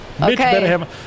Okay